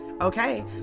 Okay